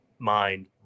mind